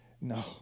No